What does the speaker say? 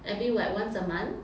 every like once a month